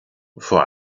vor